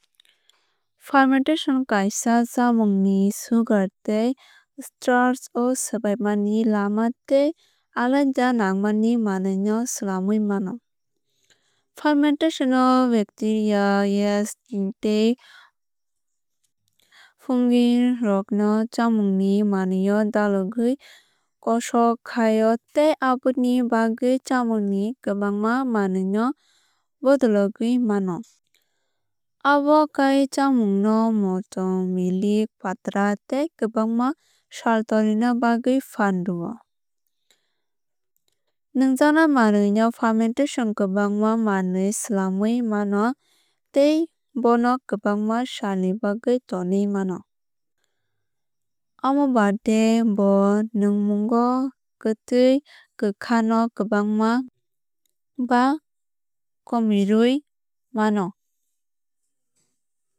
Fermentation kaisa chamung ni sugar tei starch o swbaimani lama tei alaida nangmani manwui no swlamui mano. Fermentation o bacteria yeast tei fungi rok no chamung ni manwui o dalwuigwui kosok khai o tei aboni bagwui chamung ni kwbangma manwui no bodologwui mano. Obo khaui chmaung no motom milik pathra tei kwbangma sal tonina bagwui fan rwu o. Nwngjaknai manwui no fermentation kwbangma manwui swlamwui mano tei bono kwbangma sal ni bagui tonoi mano. Amo baade bo nwngmungo kwtui kwkha no kwbangma ba komirwui mano.